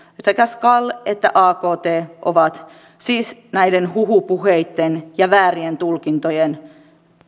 sekä skal että akt ovat siis näiden huhupuheitten ja väärien tulkintojen